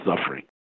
suffering